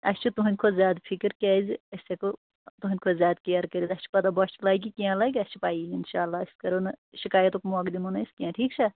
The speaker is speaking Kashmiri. اَسہِ چھُ تُہٕنٛدِ کھۄتہٕ زیادٕ فِکر کیٛازِأسۍ ہٮ۪کو تُہٕنٛدِ کھۄتہٕ زیادٕ کِیر کٔرِتھ اَسہِ چھُ پتہٕ بۄچھِ لگہِ کیٚنٛہہ لگہِ اَسہِ چھِ پیی اِنشااللہ أسۍ کَرو نہٕ شِکایتُک موقعہٕ دِمو نہٕ أسۍ کیٚنٛہہ ٹھیٖک چھا